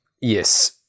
Yes